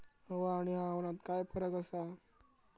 हवा आणि हवामानात काय फरक असा?